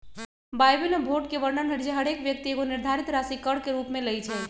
Bible में भोट के वर्णन हइ जे हरेक व्यक्ति एगो निर्धारित राशि कर के रूप में लेँइ छइ